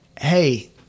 Hey